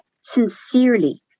sincerely